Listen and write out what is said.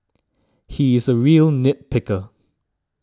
he is a real nit picker